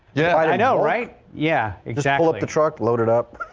yeah, right right now right. yeah, exactly what the truck loaded up.